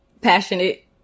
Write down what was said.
passionate